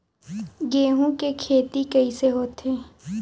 गेहूं के खेती कइसे होथे?